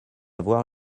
voir